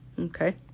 okay